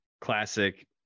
classic